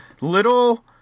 little